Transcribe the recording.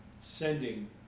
sending